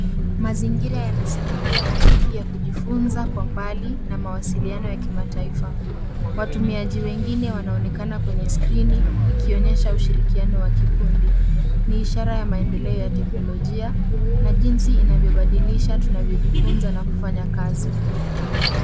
Mazingira yanasimulia hadithi ya kujifunza kwa mbali na mwasiliano ya kimataifa. Watumiaji wengine wanaonekana kwenye skirini ikionyesha ushirikiano wa kikundi. Ni ishara ya maendeleo ya kiteknolojia na jinsi inavyobadilisha tunavyojifunza na kufanya kazi.